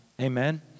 Amen